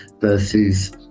versus